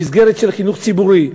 במסגרת של חינוך ציבורי.